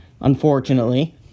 unfortunately